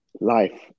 life